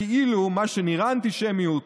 מה שנראה אנטישמיות,